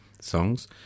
songs